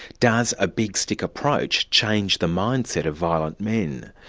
does a big stick approach change the mindset of violent men?